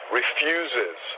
refuses